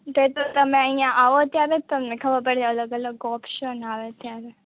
તો તે તો તમે અહીંયા આવો ત્યારે જ તમને ખબર પડે અલગ અલગ ઓપશન આવે ત્યારે